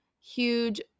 huge